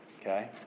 okay